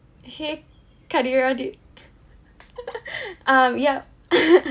!hey! kadira do you um ya